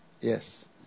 Yes